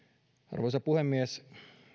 arvoisa puhemies